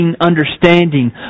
understanding